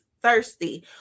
thirsty